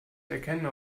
erkennen